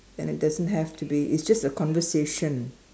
and it doesn't have to be it's just a conversation